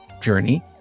journey